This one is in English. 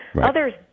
Others